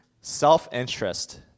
Self-interest